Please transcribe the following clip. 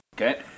Okay